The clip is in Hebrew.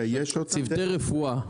צוותי רפואה.